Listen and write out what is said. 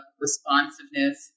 responsiveness